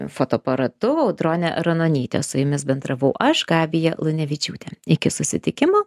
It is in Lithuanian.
fotoaparatu audronė ranonytė su jumis bendravau aš gabija lunevičiūtė iki susitikimo